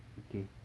okay